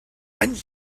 and